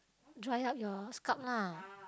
dry up your scalp lah